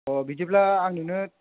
अ बिदिब्ला आं नोंनो